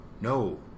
no